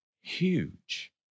huge